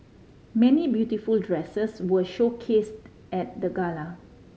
many beautiful dresses were showcased at the gala